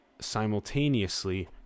simultaneously